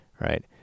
right